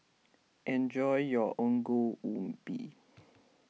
enjoy your Ongol Ubi